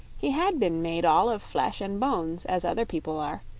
he had been made all of flesh and bones, as other people are,